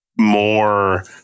more